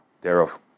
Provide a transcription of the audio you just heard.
thereof